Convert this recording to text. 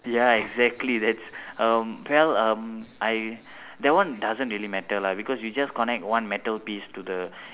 ya exactly that's um well um I that one doesn't really matter lah because you just connect one metal piece to the